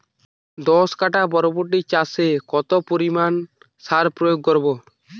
দশ কাঠা বরবটি চাষে কত পরিমাণ সার প্রয়োগ করব?